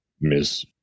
Miss